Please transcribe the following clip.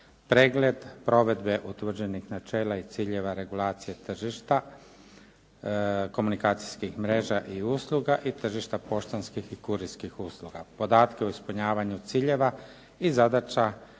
kurirskih usluga, pregled provedbe utvrđenih načela i ciljeva regulacija tržišta elektroničkih komunikacijskih mreža i usluga, pregled tržišta poštanskih i kurirskih usluga te podatke o ispunjavanju ciljeva i zadaća